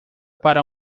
para